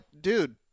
dude